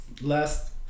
last